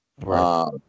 Right